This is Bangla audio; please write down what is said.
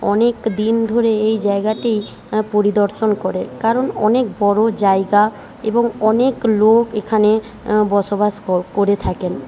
অনেক দিন ধরে এই জায়গাটি পরিদর্শন করে কারণ অনেক বড় জায়গা এবং অনেক লোক এখানে বসবাস করে থাকেন